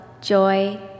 joy